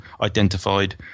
identified